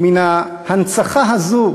ומן ההנצחה הזאת